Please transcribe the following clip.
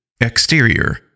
Exterior